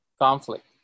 conflict